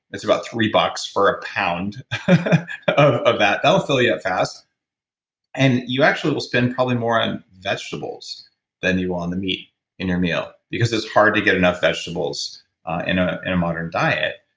it's about three bucks for a pound of of that. that'll fill you up fast and you actually will spend probably more on vegetables than you will on the meat in your meal, because it's hard to get enough vegetables in ah in a modern diet.